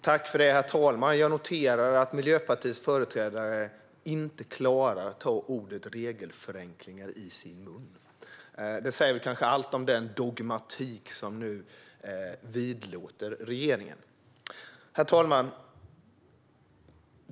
Herr talman! Jag noterar att Miljöpartiets företrädare inte klarar att ta ordet "regelförenklingar" i sin mun. Det säger kanske allt om den dogmatik som nu vidlåder regeringen. Herr talman!